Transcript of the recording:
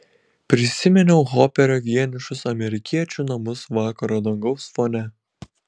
prisiminiau hoperio vienišus amerikiečių namus vakaro dangaus fone